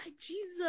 Jesus